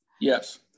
Yes